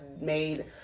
made